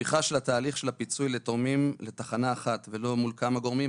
הפיכה של תהליך הפיצוי לתורמים לתחנה אחת ולא מול כמה גורמים.